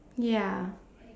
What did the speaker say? ya